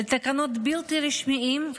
על עקרונות בלתי רשמיים,